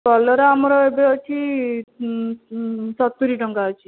କଲରା ଆମର ଏବେ ଅଛି ସତୁରି ଟଙ୍କା ଅଛି